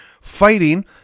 fighting